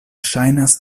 ŝajnas